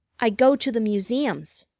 i go to the museums.